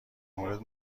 مورد